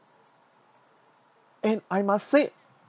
and I must said